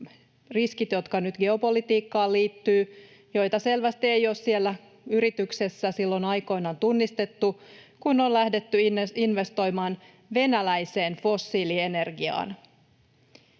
tunnistaa myös ne geopolitiikkaan liittyvät riskit, joita selvästi ei ole siellä yrityksessä silloin aikoinaan tunnistettu, kun on lähdetty investoimaan venäläiseen fossiilienergiaan.